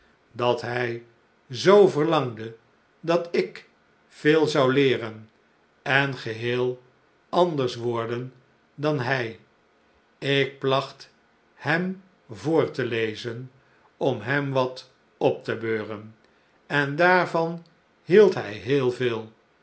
dat hij zoo verlangde dat ik veel zou leeren en geheel anders worden dan hij ik placht hem voor te lezen om hem wat op te beuren en daarvan hield hij heel veel